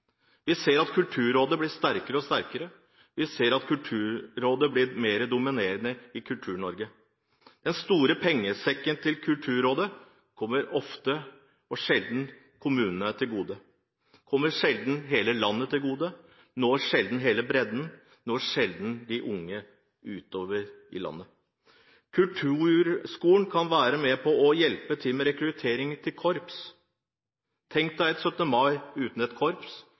Vi ser at Kulturrådet blir sterkere og sterkere. Vi ser at Kulturrådet blir mer dominerende i Kultur-Norge. Den store pengesekken til Kulturrådet kommer sjelden kommunene til gode, kommer sjelden hele landet til gode, når sjelden hele bredden og når sjelden de unge utover i landet. Kulturskolen kan være med på å hjelpe til med rekruttering til korps. Tenk deg en 17. mai uten et korps,